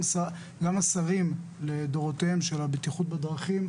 גם השרים לדורותיהם של הבטיחות בדרכים,